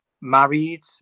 married